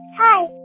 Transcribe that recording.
Hi